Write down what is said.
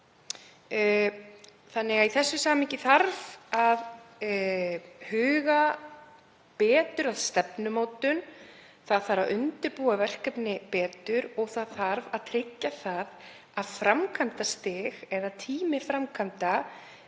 vel árar. Í þessu samhengi þarf því að huga betur að stefnumótun. Það þarf að undirbúa verkefni betur og það þarf að tryggja að framkvæmdastig eða tími framkvæmda